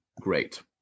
great